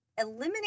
eliminate